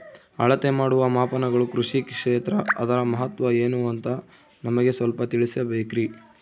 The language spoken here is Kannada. ಅಳತೆ ಮಾಡುವ ಮಾಪನಗಳು ಕೃಷಿ ಕ್ಷೇತ್ರ ಅದರ ಮಹತ್ವ ಏನು ಅಂತ ನಮಗೆ ಸ್ವಲ್ಪ ತಿಳಿಸಬೇಕ್ರಿ?